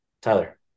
Tyler